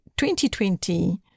2020